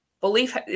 belief